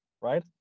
right